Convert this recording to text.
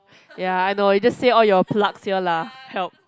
ya I know you just say all your plugs here lah help